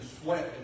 sweat